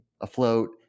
afloat